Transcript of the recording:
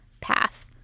path